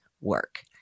work